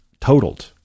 totaled